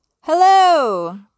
Hello